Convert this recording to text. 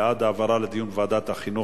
בעד העברה לדיון בוועדת החינוך,